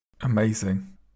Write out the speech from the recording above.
Amazing